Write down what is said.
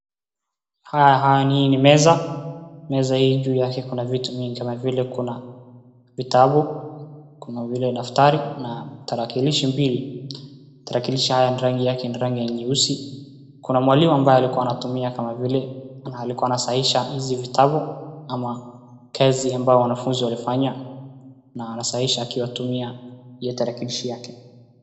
Hii ni meza, meza hii juu yake kuna vitu mingi kama vile kuna vitabu, kuna vile daftari na tarakilishi mbili. Tarakilishi haya ni rangi yake ni rangi nyeusi, kuna mwalimu ambaye alikuwa anatumia kama vile na alikuwa anasahihisha hizi vitabu ama kazi ambayo wanafunzi walifanya na anasahihisha akiwatumia na hiyo tarakilishi yake.